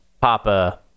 Papa